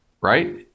right